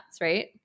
right